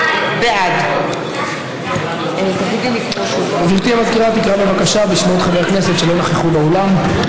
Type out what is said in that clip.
בעד גברתי המזכירה תקרא בבקשה בשמות חברי הכנסת שלא נכחו באולם.